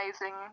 amazing